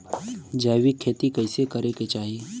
जैविक खेती कइसे करे के चाही?